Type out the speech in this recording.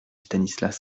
stanislas